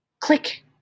Click